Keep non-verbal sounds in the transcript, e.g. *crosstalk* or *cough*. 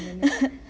*laughs*